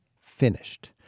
finished